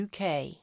UK